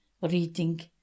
reading